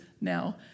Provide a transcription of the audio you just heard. now